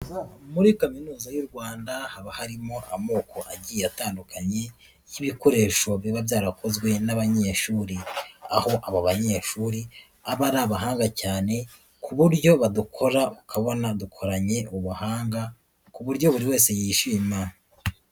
Muri Kaminuza y'u Rwanda haba harimo amoko agiye atandukanye y'ibikoresho biba byarakozwe n'abanyeshuri, aho aba banyeshuri aba ari abahanga cyane ku buryo badukora ukabona dukoranye ubuhanga ku buryo buri wese yishima.